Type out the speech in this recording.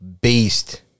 Beast